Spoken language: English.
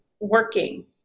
working